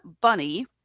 bunny